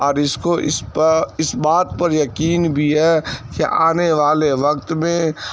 اور اس کو اس پہ اس بات پر یقین بھی ہے کہ آنے والے وقت میں